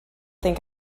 think